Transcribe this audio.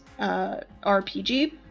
RPG